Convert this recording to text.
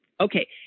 Okay